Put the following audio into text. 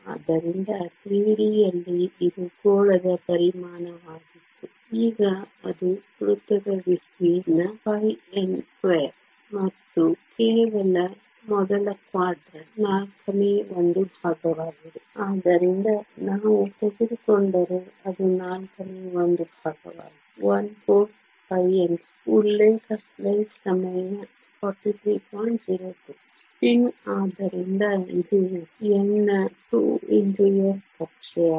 ಆದ್ದರಿಂದ 3 ಡಿ ಯಲ್ಲಿ ಇದು ಗೋಳದ ಪರಿಮಾಣವಾಗಿತ್ತು ಈಗ ಅದು ವೃತ್ತದ ವಿಸ್ತೀರ್ಣ πn2 ಮತ್ತು ಕೇವಲ ಮೊದಲ ಕ್ವಾಡ್ರಂಟ್ ನಾಲ್ಕನೇ ಒಂದು ಭಾಗವಾಗಿದೆ ಆದ್ದರಿಂದ ನಾವು ತೆಗೆದುಕೊಂಡರೆ ಅದು ನಾಲ್ಕನೇ ಒಂದು ಭಾಗವಾಗಿದೆ ¼ πn2 ಉಲ್ಲೇಖ ಸ್ಲೈಡ್ ಸಮಯ 43 02 ಸ್ಪಿನ್ ಆದ್ದರಿಂದ ಇದು n ನ 2 x s ಕಕ್ಷೆಯಾಗಿದೆ